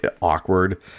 awkward